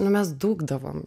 nu mes dūkdavom